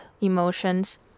emotions